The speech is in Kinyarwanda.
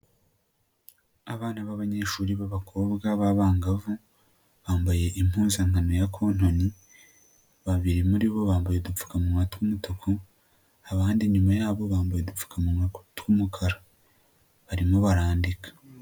Abana b'abanyeshuri b'abakobwa b'abangavu, bambaye impuzankano me ya kontoni, babiri muri bo bambaye udupfukamuwa tw'umutuku, abandi inyuma yabo bambaye udupfukamunwa tw'umukara barimo barandika.